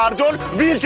um don't be